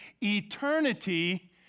eternity